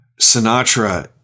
Sinatra